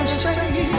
say